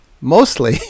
mostly